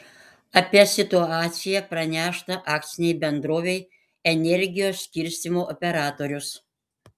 apie situaciją pranešta akcinei bendrovei energijos skirstymo operatorius